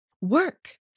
work